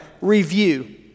review